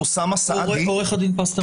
עו"ד פסטרנק,